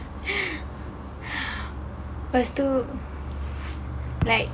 lepas tu like